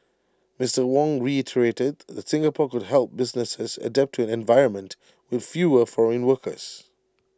Mister Ong reiterated that Singapore could help businesses adapt to an environment with fewer foreign workers